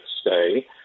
stay